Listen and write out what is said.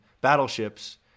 battleships